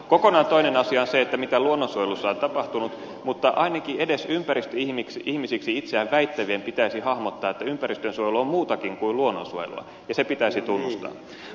kokonaan toinen asia on se mitä luonnonsuojelussa on tapahtunut mutta ainakin edes ympäristöihmisiksi itseään väittävien pitäisi hahmottaa että ympäristönsuojelu on muutakin kuin luonnonsuojelua ja se pitäisi tunnustaa